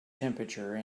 temperature